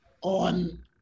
On